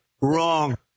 Wrong